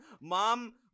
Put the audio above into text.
mom